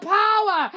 power